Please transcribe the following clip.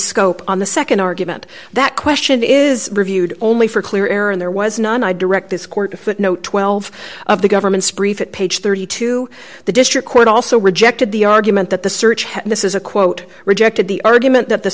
scope on the nd argument that question is reviewed only for clear error and there was none i direct this court to footnote twelve of the government's brief it page thirty two dollars the district court also rejected the argument that the search had this is a quote rejected the argument that the